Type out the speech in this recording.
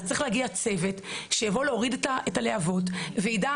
אז צריך להגיע צוות שיבוא להוריד את הלהבות ויידע